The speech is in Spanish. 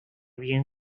bien